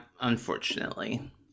unfortunately